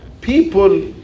people